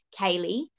Kaylee